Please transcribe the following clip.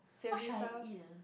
what shall I eat ah